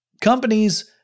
Companies